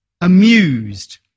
amused